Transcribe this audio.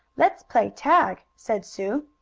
let's play tag! said sue.